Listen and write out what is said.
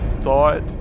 thought